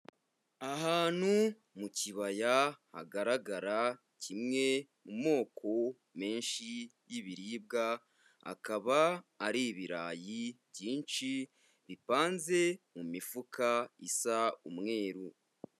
Ahantu mu kibaya hagaragara kimwe mu moko menshi y'ibiribwa, akaba ari ibirayi byinshi, bipanze mu mifuka isa umweru.